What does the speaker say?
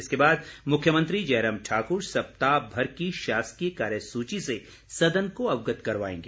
इसके बाद मुख्यमंत्री जयराम ठाकुर सप्ताह भर की शासकीय कार्य सूची से सदन को अवगत करवाएंगे